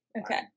Okay